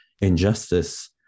injustice